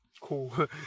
cool